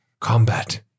Combat